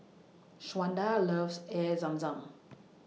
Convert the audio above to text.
Shawnda loves Air Zam Zam